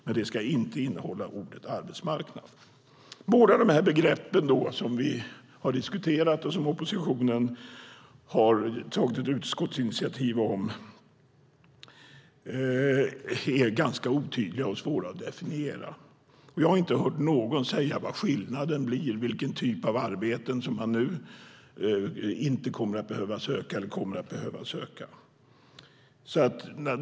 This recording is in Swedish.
Men det ska inte innehålla ordet arbetsmarknad. Båda dessa begrepp som vi har diskuterat och som oppositionen har tagit ett utskottsinitiativ om är ganska otydliga och svåra att definiera. Jag har inte hört någon säga vad skillnaden blir, och vilken typ av arbeten som man nu inte kommer att behöva söka eller kommer att behöva söka.